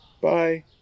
Bye